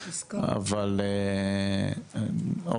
אבל מבלי לצטט,